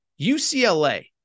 UCLA